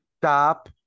Stop